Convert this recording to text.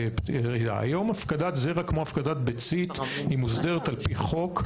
היום הפקדת זרע כמו הפקדת ביצית היא מוסדרת על פי חוק.